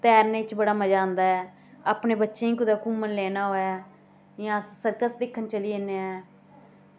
तैरने च बड़ा मज़ा आंदा ऐ अपने बच्चें ई कुतै घूमन लैना होऐ इ'यां अस सर्कस दिक्खन चली जन्ने ऐ